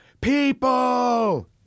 People